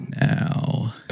Now